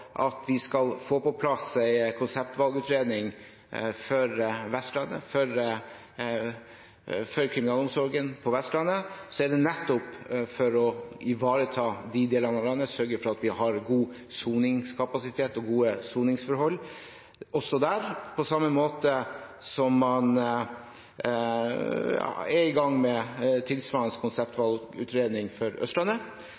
at vi skal få på plass en konseptvalgutredning for kriminalomsorgen på Vestlandet, er det nettopp for å ivareta de delene av landet og sørge for at vi har god soningskapasitet og gode soningsforhold også der. På samme måte er man i gang med tilsvarende